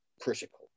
critical